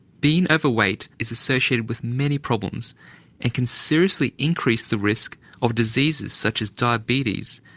being overweight is associated with many problems and can seriously increase the risk of diseases such as diabetes,